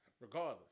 regardless